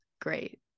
great